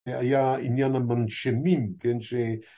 היה עניין המנשמים, כן?